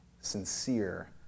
sincere